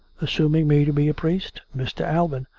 assuming me to be a priest? mr. alban,